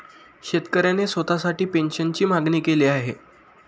शेतकऱ्याने स्वतःसाठी पेन्शनची मागणी केली आहे